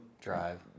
drive